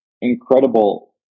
incredible